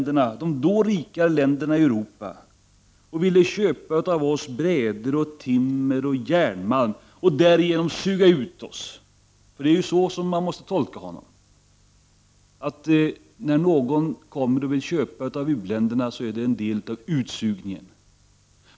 Då kom de då rika länderna i Europa och ville köpa av oss bräder, timmer och järnmalm och därigenom suga ut oss — det är ju så man måste tolka honom, att när någon vill köpa av u-länderna så är det en del av utsugningen.